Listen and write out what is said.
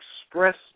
Express